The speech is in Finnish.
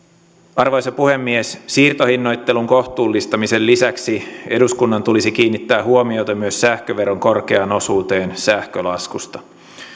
arvoisa puhemies siirtohinnoittelun kohtuullistamisen lisäksi eduskunnan tulisi kiinnittää huomiota myös sähköveron korkeaan osuuteen sähkölaskusta